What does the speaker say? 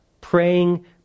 Praying